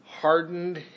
hardened